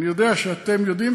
אני יודע שאתם יודעים,